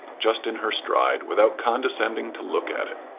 just in her stride, without condescending to look at it.